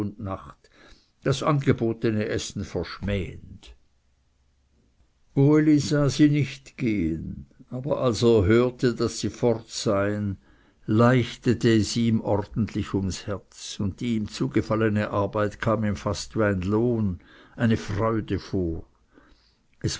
das angebotene essen verschmähend uli sah sie nicht gehen aber als er hörte daß sie fort seien leichtete es ihm ordentlich ums herz und die ihm zugefallene arbeit kam ihm fast wie ein lohn eine freude vor